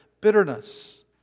bitterness